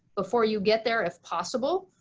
before you get there if possible,